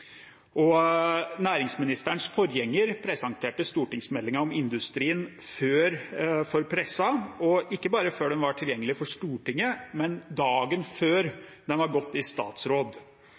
Næringsministerens forgjenger presenterte stortingsmeldingen om industrien for pressen ikke bare før den var tilgjengelig for Stortinget, men dagen før den var gått i statsråd.